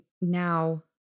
now